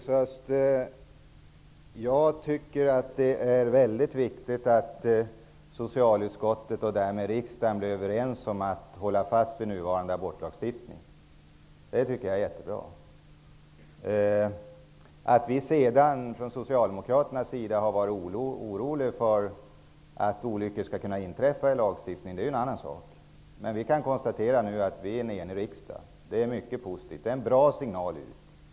Herr talman! Jag tycker att det är mycket viktigt, Rosa Östh, att socialutskottet, och därmed riksdagen, blir överens om att hålla fast vid nuvarande abortlagstiftning. Det tycker jag är jättebra. Att vi socialdemokrater har varit oroliga för att olyckor skall kunna inträffa i lagstiftningen är en annan sak. Men vi kan konstatera nu att vi är en enig riksdag. Det är mycket positivt. Detta är en bra signal.